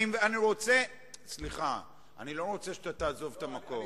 אני לא רוצה שאתה תעזוב את המקום.